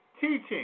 teaching